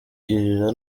kugirira